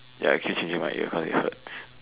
ya K keep singing in my ear cause it hurts